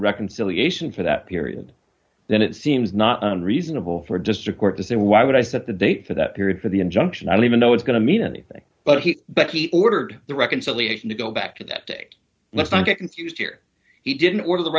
reconciliation for that period then it seems not reasonable for a district court to say why would i set the date for that period for the injunction i don't even though it's going to mean anything but he but he ordered the reconciliation to go back to that day let's not get confused here he didn't order the